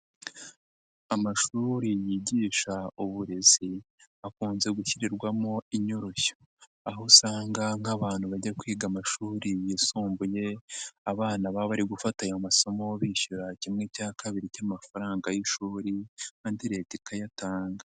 Amashuri yigisha uburezi akunze gushyirirwamo inyoroshyo. Aho usanga nk'abantu bajya kwiga amashuri yisumbuye, abana baba bari gufata aya masomo bishyura kimwe cya kabiri cy'amafaranga y'ishuri, andi Leta ikayatanga.